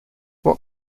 what